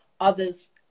Others